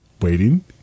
Waiting